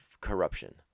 corruption